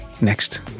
next